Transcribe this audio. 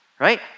right